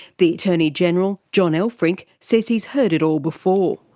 the attorney general john elferink says he's heard it all before.